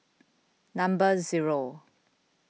number zero